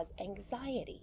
anxiety